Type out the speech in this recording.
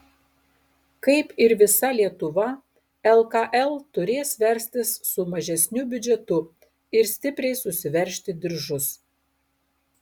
kaip ir visa lietuva lkl turės verstis su mažesniu biudžetu ir stipriai susiveržti diržus